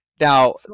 Now